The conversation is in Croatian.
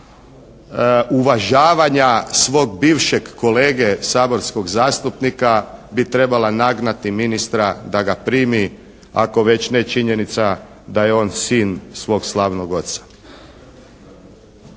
uvažavanja svog bivšeg kolege saborskog zastupnika bi trebala nagnati ministra da ga primi ako ne već činjenica da je on sin svog slavnog oca.